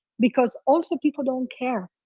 because also people don't care,